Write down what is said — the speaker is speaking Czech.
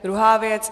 Druhá věc.